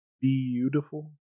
beautiful